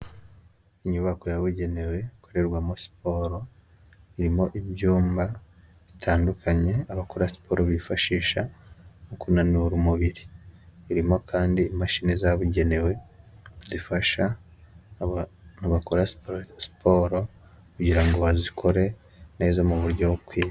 Inyubako yabugenewe ikorerwa muri siporo, irimo ibyumba bitandukanye, abakora siporo bifashisha mu kunura umubiri, irimo kandi imashini zabugenewe zifasha Abantu bakora siporo, kugira ngo bazikore neza mu buryo bukwiye.